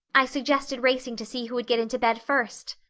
i suggested racing to see who would get into bed first.